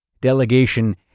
Delegation